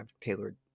tailored